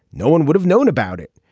no one would have known about it.